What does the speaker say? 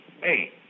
Hey